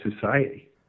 society